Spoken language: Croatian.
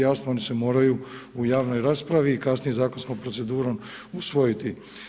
Jasno, oni se moraju u javnoj raspravi i kasnije zakonskom procedurom usvojiti.